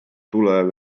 tuleb